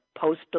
post